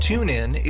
TuneIn